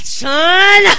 son